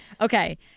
Okay